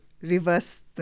reverse